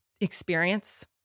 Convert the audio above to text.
experience